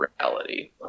reality